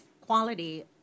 quality